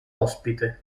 ospite